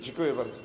Dziękuję bardzo.